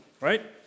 right